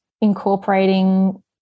incorporating